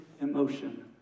emotion